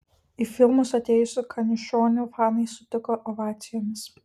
į filmus atėjusį kaniušonį fanai sutikdavo ovacijomis